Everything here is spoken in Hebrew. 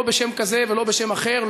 לא בשם כזה ולא בשם אחר,